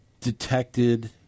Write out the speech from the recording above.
detected